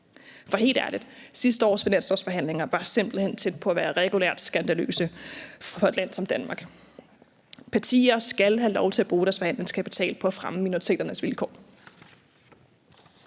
sig gældende igen. Sidste års finanslovsforhandlinger var simpelt hen tæt på at være regulært skandaløse for et land som Danmark. Partier skal have lov til at bruge deres forhandlingskapital på at fremme minoriteternes vilkår.